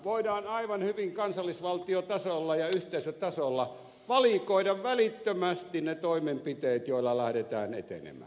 voidaan aivan hyvin kansallisvaltiotasolla ja yhteisötasolla valikoida välittömästi ne toimenpiteet joilla lähdetään etenemään